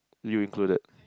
you included